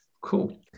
Cool